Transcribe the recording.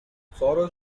sorrows